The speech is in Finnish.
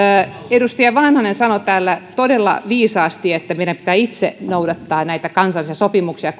edustaja vanhanen sanoi täällä todella viisaasti että meidän pitää itse noudattaa näitä kansainvälisiä sopimuksia